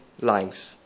lines